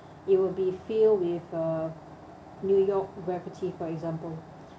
it will be filled with uh new york gravity for example